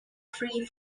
free